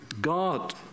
God